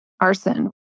arson